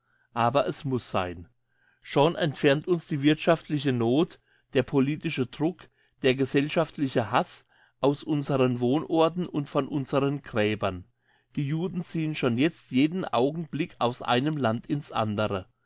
aber es muss sein schon entfernt uns die wirthschaftliche noth der politische druck der gesellschaftliche hass aus unseren wohnorten und von unseren gräbern die juden ziehen schon jetzt jeden augenblick aus einem land in's andere